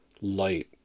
light